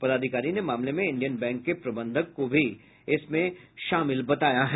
पदाधिकारी ने मामले में इंडियन बैंक के प्रबंधक को भी इसमें शामिल बताया है